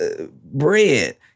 bread